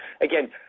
again